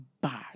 bad